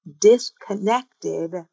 disconnected